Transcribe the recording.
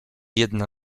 jedna